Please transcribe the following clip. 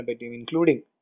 including